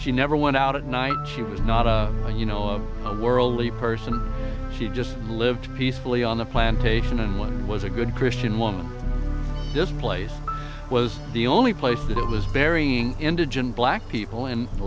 she never went out at night she was not a you know a worldly person she just lived peacefully on the plantation and one was a good christian woman this place was the only place that was burying indigent black people in the